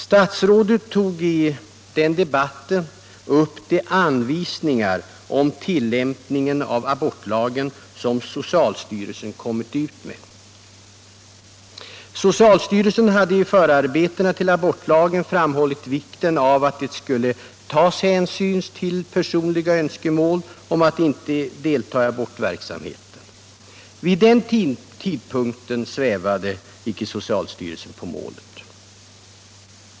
Statsrådet tog i den debatten upp de anvisningar om tillämpning av abortlagen som socialstyrelsen utfärdat. Socialstyrelsen hade i förarbetena till abortlagen framhållit vikten av att det togs hänsyn till personliga önskemål om att inte delta i abortverksamheten. Vid den tidpunkten svävade socialstyrelsen icke på målet.